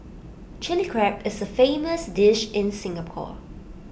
Chilli Crab is A famous dish in Singapore